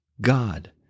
God